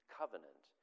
covenant